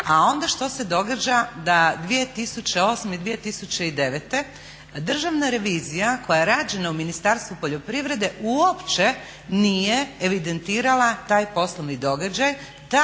A onda što se događa da 2008. i 2009. državna revizija koja je rađena u ministarstvu poljoprivrede uopće nije evidentirala taj poslovni događaj. Ta